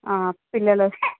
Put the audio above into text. పిల్లల